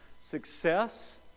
Success